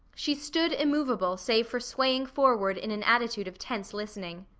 she stood immovable save for swaying forward in an attitude of tense listening.